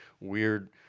weird